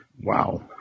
Wow